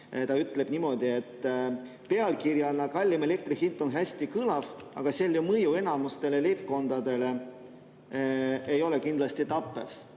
Ta ütleb niimoodi, et pealkirjana on elektri kallim hind hästi kõlav, aga selle mõju enamusele leibkondadele ei ole kindlasti tappev.